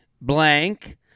blank